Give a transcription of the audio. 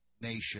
nation